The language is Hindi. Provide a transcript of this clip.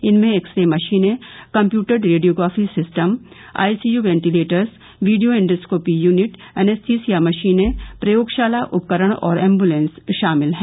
इनमें एक्सरे मशीनें computed radiography system ICU ventilators video endoscopy unit anaesthesia मशीनें प्रयोगशाला उपकरण और एम्बुलेंस शामिल हैं